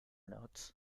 notes